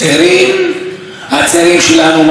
איתם אני לא יכול לדבר על בית,